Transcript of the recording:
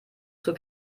zur